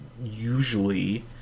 usually